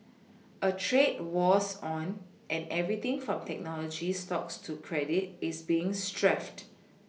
a trade war's on and everything from technology stocks to credit is being strafed